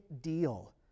deal